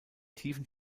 tiefen